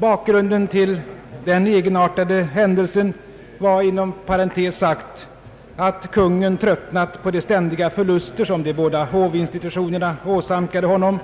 Bakgrunden till den egenartade händelsen var inom parentes sagt att kungen tröttnat på de ständiga förluster som de båda hovinstitutionerna åsamkade honom